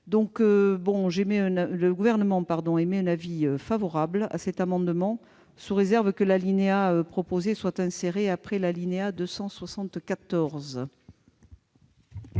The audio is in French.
Le Gouvernement émet donc un avis favorable sur cet amendement, sous réserve que l'alinéa proposé soit inséré après l'alinéa 274.